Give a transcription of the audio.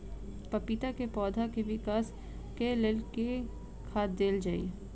पपीता केँ पौधा केँ विकास केँ लेल केँ खाद देल जाए?